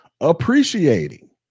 appreciating